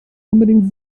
unbedingt